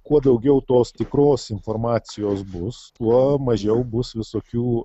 kuo daugiau tos tikros informacijos bus tuo mažiau bus visokių